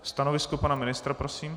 Stanovisko pana ministra prosím.